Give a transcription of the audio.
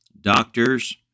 doctors